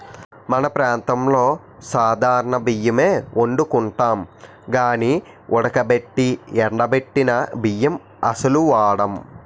మన ప్రాంతంలో సాధారణ బియ్యమే ఒండుకుంటాం గానీ ఉడకబెట్టి ఎండబెట్టిన బియ్యం అస్సలు వాడం